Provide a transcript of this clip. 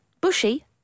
Bushy